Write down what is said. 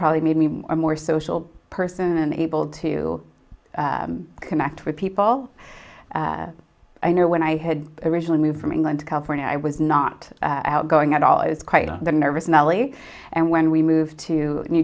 probably made me a more social person and able to connect with people i know when i had originally moved from england to california i was not outgoing at all i was quite a nervous nellie and when we moved to new